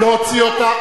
להוציא אותה.